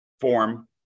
form